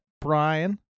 Brian